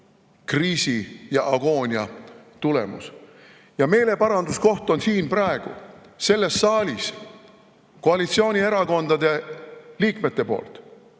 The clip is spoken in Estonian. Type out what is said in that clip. kriisi ja agoonia tulemus. Meeleparanduskoht on praegu siin selles saalis koalitsioonierakondade liikmetele.